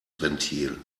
ventil